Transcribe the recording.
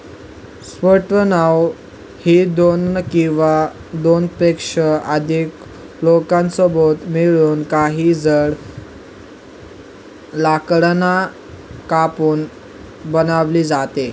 raft नाव ही दोन किंवा दोनपेक्षा अधिक लोकांसोबत मिळून, काही जाड लाकडांना कापून बनवली जाते